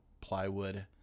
plywood